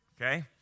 Okay